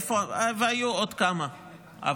היו עוד כמה יעדים,